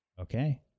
Okay